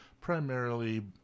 Primarily